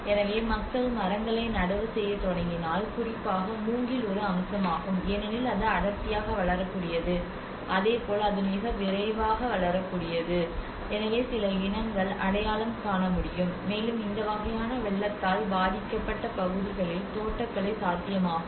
எனவே மக்கள் மரங்களை நடவு செய்யத் தொடங்கினால் குறிப்பாக மூங்கில் ஒரு அம்சமாகும் ஏனெனில் அது அடர்த்தியாக வளரக்கூடியது அதே போல் அது மிக விரைவாக வளரக்கூடியது எனவே சில இனங்கள் அடையாளம் காண முடியும் மேலும் இந்த வகையான வெள்ளத்தால் பாதிக்கப்பட்ட பகுதிகளில் தோட்டக்கலை சாத்தியமாகும்